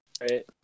right